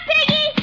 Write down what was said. Piggy